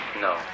No